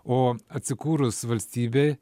o atsikūrus valstybei